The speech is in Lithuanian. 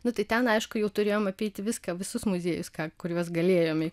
nu tai ten aišku jau turėjom apeiti viską visus muziejus ką kuriuos galėjom